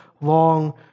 long